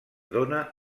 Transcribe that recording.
dóna